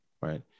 Right